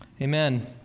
Amen